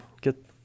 get